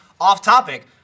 off-topic